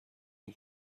اون